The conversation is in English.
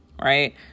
right